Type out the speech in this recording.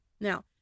Now